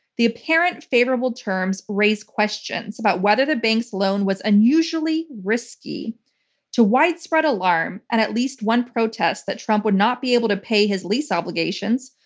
the apparent favorable terms raise questions about whether the bank's loan was unusually risky to widespread alarm and at least one protest that trump would not be able to pay his lease obligations,